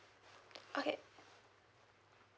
okay